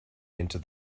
enter